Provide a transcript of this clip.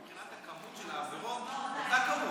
מבחינת המספר של העבירות זה אותו מספר,